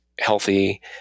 Healthy